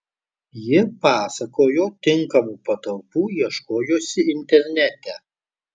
ji pasakojo tinkamų patalpų ieškojusi internete